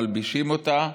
מלבישים אותה,